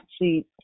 see